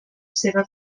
seva